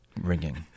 ringing